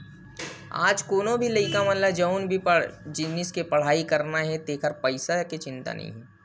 आज कोनो भी लइका ल जउन भी जिनिस के पड़हई करना हे तेखर पइसा के चिंता नइ हे